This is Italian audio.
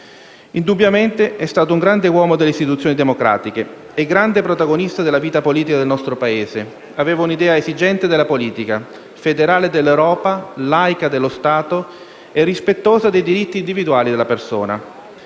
Indubbiamente è stato un grande uomo delle istituzioni democratiche e grande protagonista della vita politica del nostro Paese. Aveva un'idea esigente della politica, federale dell'Europa, laica dello Stato e rispettosa dei diritti individuali della persona.